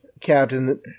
captain